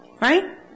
right